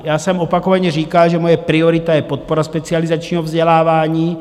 Já jsem opakovaně říkal, že moje priorita je podpora specializačního vzdělávání.